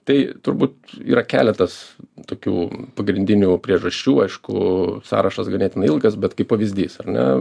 tai turbūt yra keletas tokių pagrindinių priežasčių aišku sąrašas ganėtinai ilgas bet kaip pavyzdys ar ne